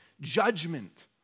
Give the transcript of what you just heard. judgment